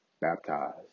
baptized